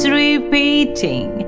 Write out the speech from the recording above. repeating